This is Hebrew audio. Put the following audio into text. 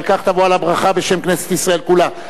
על כך תבוא על הברכה בשם כנסת ישראל כולה.